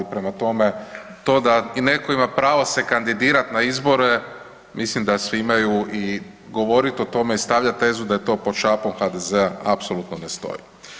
Prema tome, to netko ima pravo se kandidirati na izbore mislim da svi imaju i govorit o tome i stavljat tezu da je to pod šapom HDZ-a apsolutno ne stoji.